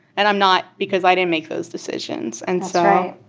and i'm not because i didn't make those decisions. and so.